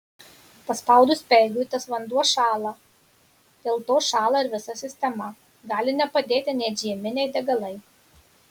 paspaudus speigui tas vanduo šąla dėl to šąla ir visa sistema gali nepadėti net žieminiai degalai